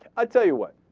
i tell you what